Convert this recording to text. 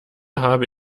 habe